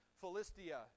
Philistia